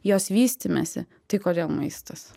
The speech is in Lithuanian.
jos vystymesi tai kodėl maistas